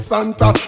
Santa